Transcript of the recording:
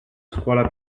scuola